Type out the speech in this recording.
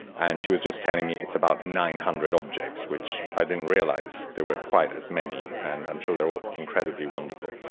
and she was just telling me it's about nine hundred objects, which i didn't realize there were quite as many, and i'm sure they're all incredibly wonderful.